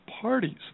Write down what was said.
parties